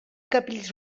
capells